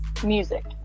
Music